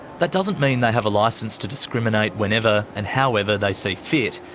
that doesn't mean they have a license to discriminate whenever and however they see fit,